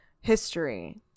history